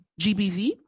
GBV